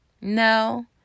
No